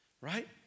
right